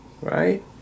right